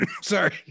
sorry